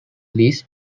liz